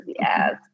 Yes